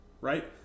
right